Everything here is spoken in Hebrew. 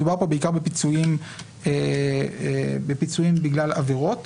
מדובר פה בעיקר בפיצויים בגלל עבירות.